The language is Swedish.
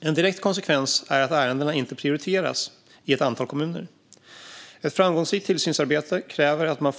En direkt konsekvens är att ärendena inte prioriteras i ett antal kommuner. Ett framgångsrikt tillsynsarbete kräver att man